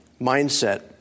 mindset